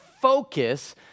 Focus